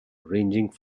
ranging